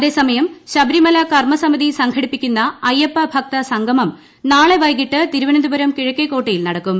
അതേസമയം ശബരിമല കർമ്മസമിതി സംഘടിപ്പിക്കുന്ന അയ്യപ്പ ഭക്തസംഗമം നാളെ വൈകിട്ട് തിരുവനന്തപുരം കിഴക്കേക്കോട്ടയിൽ നടക്കും